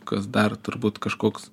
kas dar turbūt kažkoks